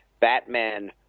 Batman